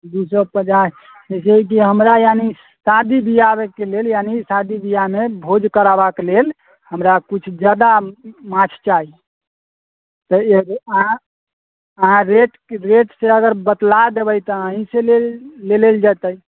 दू सए पचास जैसे कि हमरा यानि शादी ब्याहके लेल यानि शादी ब्याहमे भोज करबाके लेल हमरा किछु जादा माछ चाही तऽ एकग अहाँ अहाँ रेटके रेटसँ अगर बतला देबै तऽ अहींसँ ले ले लेल जेतै